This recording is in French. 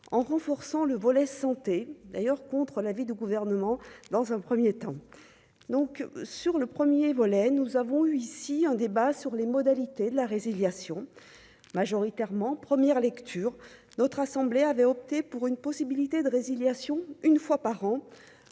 en renforçant le volet santé d'ailleurs, contre l'avis du gouvernement dans un 1er temps donc sur le 1er volet nous avons eu ici un débat sur les modalités de la résiliation majoritairement première lecture notre assemblée avait opté pour une possibilité de résiliation, une fois par an